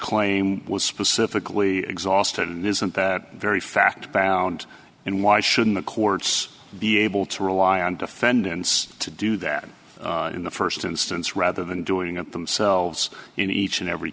claim was specifically exhausted isn't the very fact bound and why shouldn't the courts be able to rely on defendants to do that in the first instance rather than doing it themselves in each and every